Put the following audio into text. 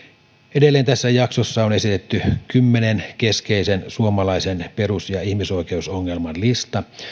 edelleen tässä jaksossa on esitetty kymmenen keskeisen suomalaisen perus ja ihmisoikeusongelman lista